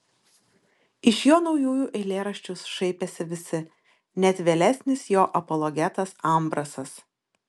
iš jo naujųjų eilėraščių šaipėsi visi net vėlesnis jo apologetas ambrasas